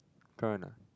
correct or not